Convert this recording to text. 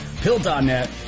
Pill.net